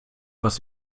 was